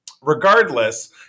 regardless